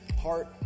heart